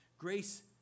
Grace